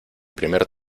primer